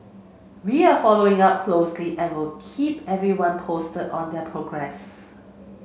we are following up closely and will keep everyone posted on their progress